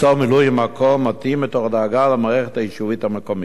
למצוא מילוי-מקום מתאים מתוך דאגה למערכת היישובית המקומית.